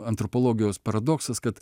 antropologijos paradoksas kad